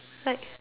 like